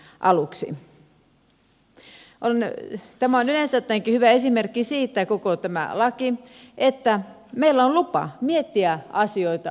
koko tämä laki on yleensä ottaenkin hyvä esimerkki siitä että meillä on lupa miettiä asioita uudelleen